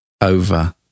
Over